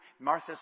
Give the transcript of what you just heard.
Martha